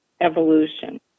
evolution